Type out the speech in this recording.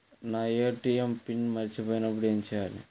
నా ATM PIN మరచిపోయినప్పుడు ఏమి చేయాలి?